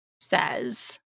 says